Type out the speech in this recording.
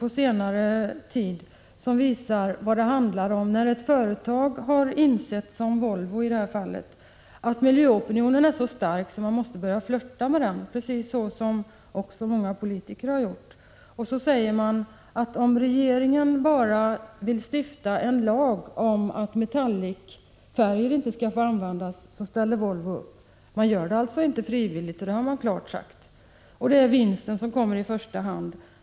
På senare tid har ett företag — Volvo — insett att miljöopinionen är så stark att man måste börja flirta med den, precis som många politiker har gjort. Då säger man: ”Om regeringen bara vill stifta en lag om att metallicfärger inte skall få användas så ställer Volvo upp.” Man gör det alltså inte frivilligt. Det har man klart sagt. Det är vinsten som kommer i första hand.